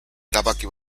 erabaki